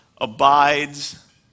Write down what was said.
abides